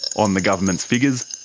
on the government's figures,